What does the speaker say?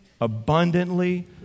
abundantly